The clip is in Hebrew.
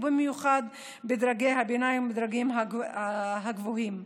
ובמיוחד בדרגי הביניים ובדרגים הגבוהים.